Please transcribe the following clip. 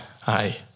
Hi